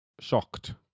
shocked